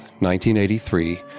1983